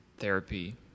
therapy